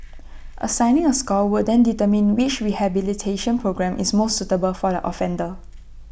assigning A score will then determine which rehabilitation programme is most suitable for the offender